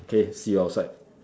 okay see you outside